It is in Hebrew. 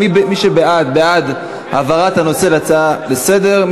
מי שבעד, בעד העברת הנושא להצעה לסדר-היום.